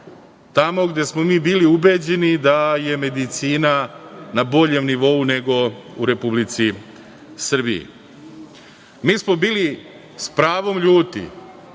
tamo gde smo mi bili ubeđeni da je medicina na boljem nivou nego u Republici Srbiji. Mi smo bili s pravom ljuti